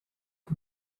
the